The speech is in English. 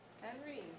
Henry